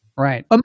Right